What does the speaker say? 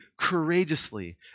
courageously